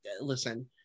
listen